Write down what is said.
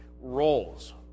roles